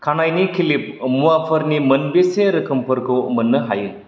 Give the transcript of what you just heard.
खानायनि खिलिब मुवाफोरनि मोनबेसे रोखोमफोरखौ मोन्नो हायो